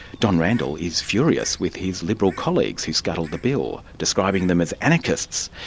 don randall is furious with his liberal colleagues he scuttled the bill, describing them as anarchists.